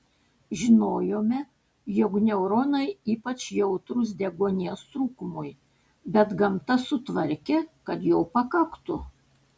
žinojome jog neuronai ypač jautrūs deguonies trūkumui bet gamta sutvarkė kad jo pakaktų